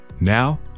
Now